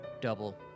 double